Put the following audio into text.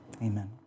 amen